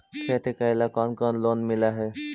खेती करेला कौन कौन लोन मिल हइ?